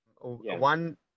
one